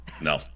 No